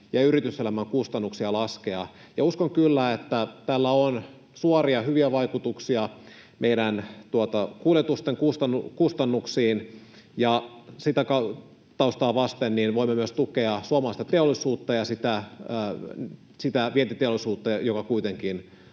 ja yrityselämän kustannuksia laskea. Uskon kyllä, että tällä on suoria hyviä vaikutuksia meidän kuljetusten kustannuksiin ja sitä taustaa vasten voimme myös tukea suomalaista teollisuutta ja sitä vientiteollisuutta, joka kuitenkin